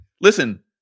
Listen